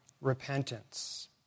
repentance